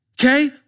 okay